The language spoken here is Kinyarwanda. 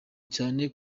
cyane